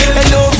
Hello